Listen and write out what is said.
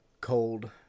cold